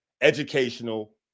educational